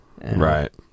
Right